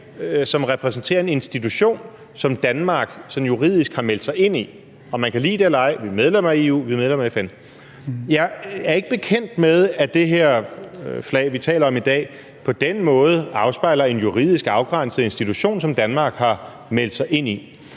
som repræsenterer en institution, som Danmark sådan juridisk har meldt sig ind i. Om man kan lide det eller ej, er vi medlem af EU, og vi er medlem af FN. Jeg er ikke bekendt med, at det her flag, vi taler om i dag, på den måde afspejler en juridisk afgrænset institution, som Danmark har meldt sig ind i.